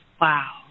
Wow